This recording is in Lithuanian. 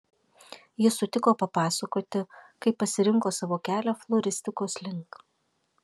ji sutiko papasakoti kaip pasirinko savo kelią floristikos link